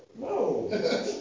No